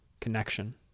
connection